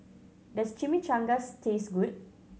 does Chimichangas taste good